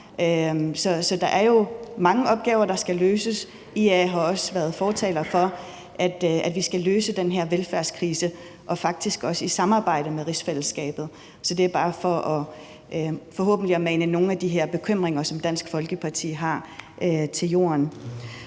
Og der er jo mange opgaver, der skal løses. IA har også været fortalere for, at vi skal løse den her velfærdskrise – og faktisk også i samarbejde med rigsfællesskabet. Så det er bare for forhåbentlig at mane nogle af de her bekymringer, som Dansk Folkeparti har, i jorden.